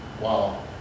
wow